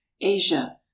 Asia